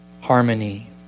harmony